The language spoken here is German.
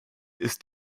isst